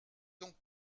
donc